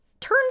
turns